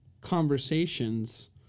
conversations